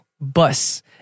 bus